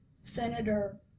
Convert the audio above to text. Senator